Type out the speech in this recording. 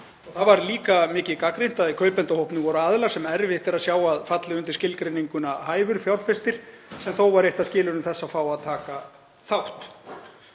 Það var líka mikið gagnrýnt að í kaupendahópnum voru aðilar sem erfitt er að sjá að falli undir skilgreininguna á hæfum fjárfesti, sem þó var eitt af skilyrðum þess að fá að taka þátt.